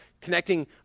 connecting